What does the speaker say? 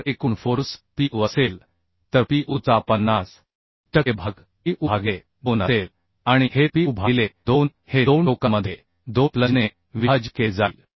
जर एकूण force pu असेल तर pu चा 50 टक्के भाग pu भागिले 2 असेल आणि हे pu भागिले 2 हे दोन टोकांमध्ये दोन प्लंजने विभाजित केले जाईल